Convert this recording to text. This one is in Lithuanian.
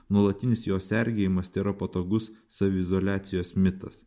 nuolatinis jos sergėjimas tėra patogus saviizoliacijos mitas